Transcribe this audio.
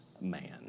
man